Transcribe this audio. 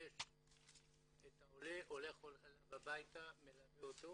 שפוגש את עולה, הולך אליו הביתה ומלווה אותו.